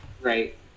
right